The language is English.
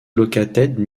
located